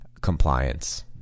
compliance